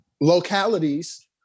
localities